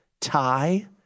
tie